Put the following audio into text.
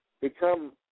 become